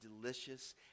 delicious